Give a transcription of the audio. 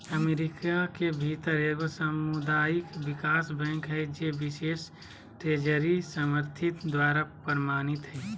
America के भीतर एगो सामुदायिक विकास बैंक हइ जे बिशेष ट्रेजरी समर्थित द्वारा प्रमाणित हइ